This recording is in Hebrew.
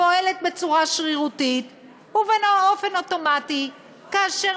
פועלת בצורה שרירותית ובאופן אוטומטי כאשר